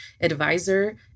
advisor